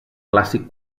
clàssic